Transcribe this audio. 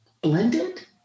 blended